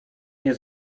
mnie